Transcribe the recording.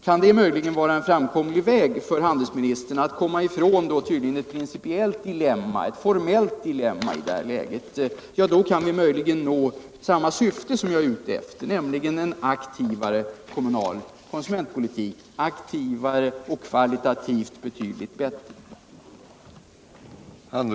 Kan det möjligen vara en framkomlig väg för handelsministern att komma ifrån vad som tydligen är ett principiellt och formellt dilemma i det här läget, ja, då kan vi möjligen nå samma syfte som jag är ute efter, nämligen en aktivare kommunal konsumentpolitik — aktivare och kvalitativt betydligt bättre.